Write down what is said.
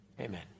Amen